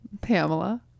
pamela